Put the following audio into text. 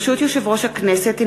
ברשות יושב-ראש הכנסת,